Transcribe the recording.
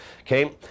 Okay